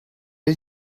did